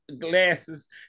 glasses